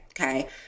Okay